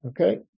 Okay